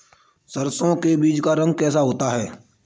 सरसों के बीज का रंग कैसा होता है?